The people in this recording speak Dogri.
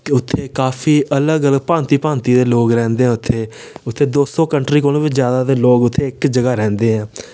कि उत्थै काफी अलग अलग भांति भांति दे लोक रौंह्दे उत्थै उत्थै दो सौ कंट्री कोलो बी जैदा दे लोक उत्थै इक जगह रौंह्दे ऐ